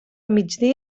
migdia